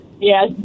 Yes